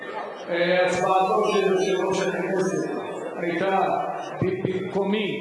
הצבעתו של יושב-ראש הכנסת היתה במקומי,